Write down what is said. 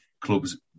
clubs